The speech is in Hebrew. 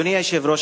אדוני היושב-ראש,